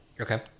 Okay